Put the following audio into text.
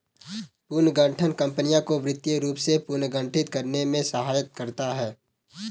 पुनर्गठन कंपनियों को वित्तीय रूप से पुनर्गठित करने में सहायता करता हैं